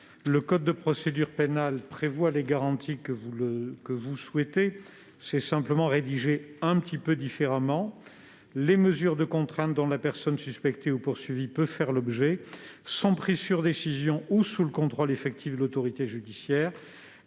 Le code de procédure pénale prévoit déjà les garanties que vous souhaitez. Il le fait simplement dans une rédaction un peu différente :« Les mesures de contrainte dont la personne suspectée ou poursuivie peut faire l'objet sont prises sur décision ou sous le contrôle effectif de l'autorité judiciaire.